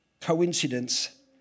coincidence